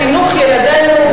חינוך ילדינו,